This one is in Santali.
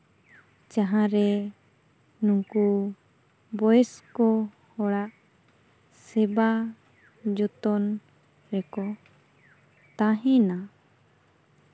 ᱡᱟᱦᱟᱸᱨᱮ ᱱᱩᱠᱩ ᱵᱚᱭᱮᱥᱠᱚ ᱦᱚᱲᱟᱜ ᱥᱮᱵᱟ ᱡᱚᱛᱚᱱ ᱨᱮᱠᱚ ᱛᱟᱦᱮᱱᱟ